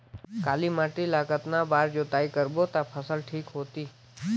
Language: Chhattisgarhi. काली माटी ला कतना बार जुताई करबो ता फसल ठीक होती?